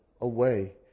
away